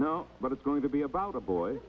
know but it's going to be about a boy